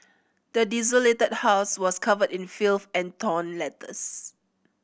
the desolated house was covered in filth and torn letters